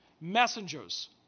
Messengers